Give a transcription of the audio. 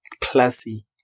classy